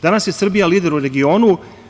Danas je Srbija lider u regionu.